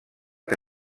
que